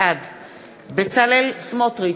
בעד בצלאל סמוטריץ,